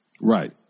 Right